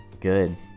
good